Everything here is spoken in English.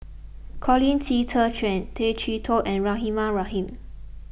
Colin Qi Zhe Quan Tay Chee Toh and Rahimah Rahim